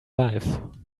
life